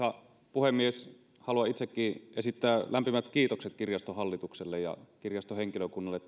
puhemies haluan itsekin esittää lämpimät kiitokset kirjaston hallitukselle ja kirjaston henkilökunnalle